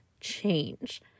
change